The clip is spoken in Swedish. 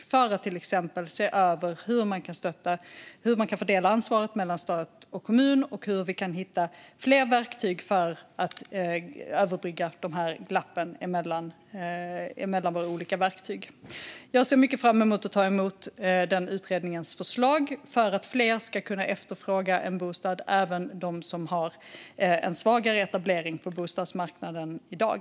Det handlar om att till exempel se över hur man kan fördela ansvaret mellan stat och kommun och hur vi kan hitta fler verktyg för att överbygga glappen mellan våra olika verktyg. Jag ser mycket fram emot att ta emot utredningens förslag för att fler ska kunna efterfråga en bostad - även de som har en svagare etablering på bostadsmarknaden i dag.